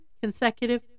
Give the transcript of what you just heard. consecutive